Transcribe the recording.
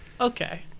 Okay